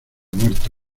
muerte